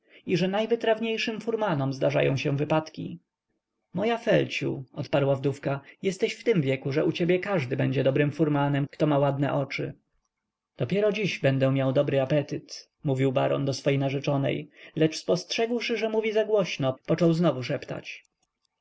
i że najwytrawniejszym furmanom zdarzają się wypadki moja felciu odparła wdówka jesteś w tym wieku że u ciebie każdy będzie dobrym furmanem kto ma ładne oczy dopiero dziś będę miał dobry apetyt mówił baron do swej narzeczonej lecz spostrzegłszy że mówi zagłośno począł znowu szeptać